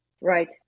Right